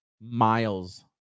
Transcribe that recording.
miles